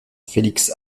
félix